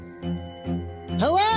Hello